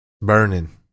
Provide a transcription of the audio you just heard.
burning